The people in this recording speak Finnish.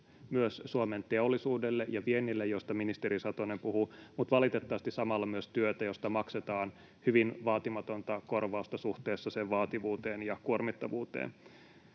myös Suomen teollisuudelle ja viennille, joista ministeri Satonen puhuu, mutta valitettavasti samalla myös työtä, josta maksetaan hyvin vaatimatonta korvausta suhteessa sen vaativuuteen ja kuormittavuuteen.